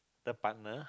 the partner